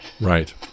Right